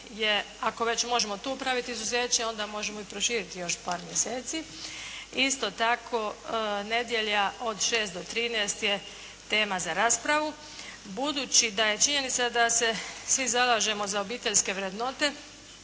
ako već možemo tu praviti izuzeće onda možemo još proširiti par mjeseci. Isto tako nedjelja od 6 do 13 je tema za raspravu. Budući da je činjenica da se svi zalažemo za obiteljske vrednote,